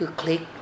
click